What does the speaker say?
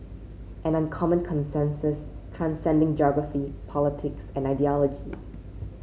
an uncommon consensus transcending geography politics and ideology